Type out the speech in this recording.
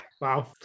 Wow